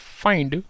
find